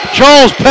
Charles